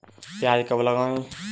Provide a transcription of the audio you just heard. प्याज कब लगाएँ?